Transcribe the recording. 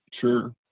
sure